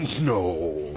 No